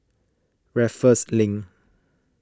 Raffles Link